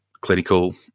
clinical